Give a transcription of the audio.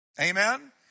Amen